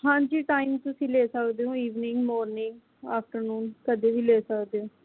ਹਾਂਜੀ ਟਾਈਮ ਤੁਸੀਂ ਲੈ ਸਕਦੇ ਹੋ ਇਵਨਿੰਗ ਮੋਰਨਿੰਗ ਆਫਟਰਨੂਨ ਕਦੇ ਵੀ ਲੈ ਸਕਦੇ ਹੋ